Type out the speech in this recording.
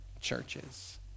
churches